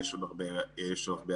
יש הרבה עבודה.